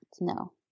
no